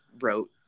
wrote